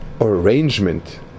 arrangement